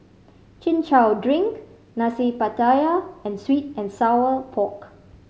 Chin Chow drink Nasi Pattaya and sweet and sour pork